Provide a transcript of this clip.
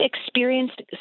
experienced